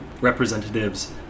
representatives